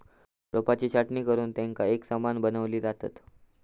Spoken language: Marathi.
रोपांची छाटणी करुन तेंका एकसमान बनवली जातत